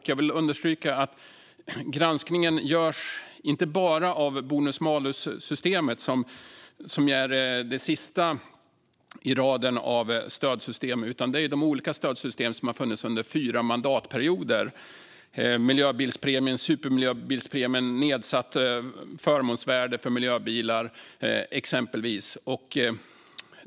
Jag vill understryka att granskningen görs inte bara av bonus-malus-systemet, som är det sista i raden av stödsystem, utan av de olika stödsystem som har funnits under fyra mandatperioder, exempelvis miljöbilspremien, supermiljöbilspremien och det nedsatta förmånsvärdet för miljöbilar.